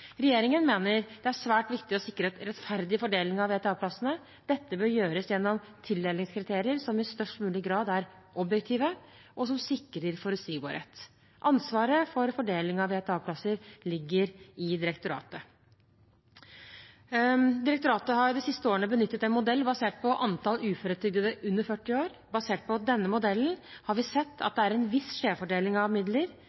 Regjeringen mener det er svært viktig å sikre en rettferdig fordeling av VTA-plassene. Dette bør gjøres gjennom tildelingskriterier som i størst mulig grad er objektive, og som sikrer forutsigbarhet. Ansvaret for fordeling av VTA-plasser ligger i direktoratet. Direktoratet har de siste årene benyttet en modell basert på antall uføretrygdede under 40 år. Basert på denne modellen har vi sett at